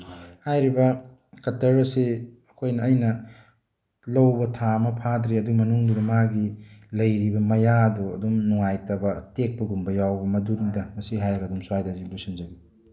ꯍꯥꯏꯔꯤꯕ ꯀꯇꯔ ꯑꯁꯤ ꯑꯩꯈꯣꯏꯅ ꯑꯩꯅ ꯂꯧꯕ ꯊꯥ ꯑꯃ ꯐꯥꯗ꯭ꯔꯤ ꯑꯗꯨꯏ ꯃꯅꯨꯡꯗꯨꯗ ꯃꯥꯒꯤ ꯂꯩꯔꯤꯕ ꯃꯌꯥꯗꯣ ꯑꯗꯨꯝ ꯅꯨꯡꯉꯥꯏꯇꯕ ꯇꯦꯛꯄꯒꯨꯝꯕ ꯌꯥꯎꯕ ꯃꯗꯨꯅꯤꯗ ꯃꯁꯤ ꯍꯥꯏꯔꯒ ꯑꯗꯨꯝ ꯁ꯭ꯋꯥꯏꯗ ꯑꯗꯨꯝ ꯂꯣꯏꯁꯟꯖꯒꯦ